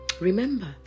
Remember